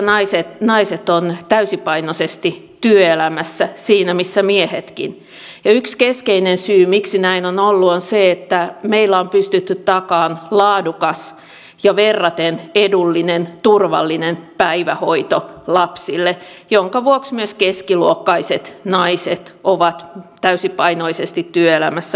meillä naiset ovat täysipainoisesti työelämässä siinä missä miehetkin ja yksi keskeinen syy miksi näin on ollut on se että meillä on pystytty takaamaan laadukas ja verraten edullinen turvallinen päivähoito lapsille minkä vuoksi myös keskiluokkaiset naiset ovat täysipainoisesti työelämässä mukana